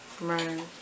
Right